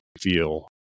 feel